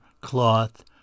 cloth